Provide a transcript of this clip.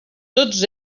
tots